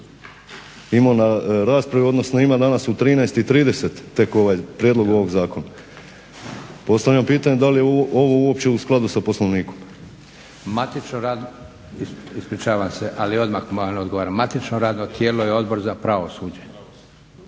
imao na raspravi, odnosno ima danas u 13,30 tek prijedlog ovog zakona. Postavljam pitanje da li je ovo uopće u skladu sa Poslovnikom. **Leko, Josip (SDP)** Matično radno tijelo je Odbor za pravosuđe.